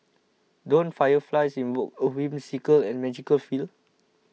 don't fireflies invoke a whimsical and magical feel